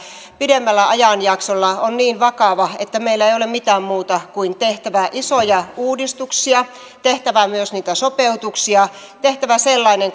pidemmällä ajanjaksolla on niin vakava että meillä ei ole mitään muuta vaihtoehtoa kuin tehdä isoja uudistuksia meidän on tehtävä myös niitä sopeutuksia tehtävä sellainen